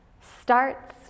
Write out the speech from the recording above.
starts